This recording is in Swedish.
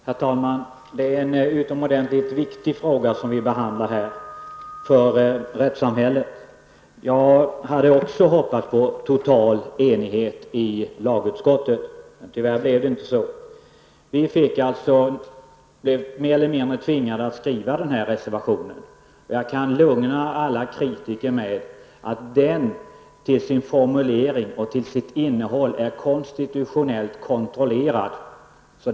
Herr talman! Det är en utomordentligt viktig fråga för rättssamhället som vi här behandlar. Jag hade också hoppats på total enighet i lagutskottet. Tyvärr blev det inte så. Vi blev mer eller mindre tvingade att skriva den här reservationen. Jag kan lugna alla kritiker med att den till sin formulering och sitt innehåll är konstitutionellt kontrollerad.